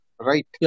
right